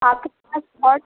आपके पास